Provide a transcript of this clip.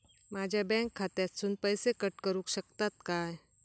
माझ्या बँक खात्यासून पैसे कट करुक शकतात काय?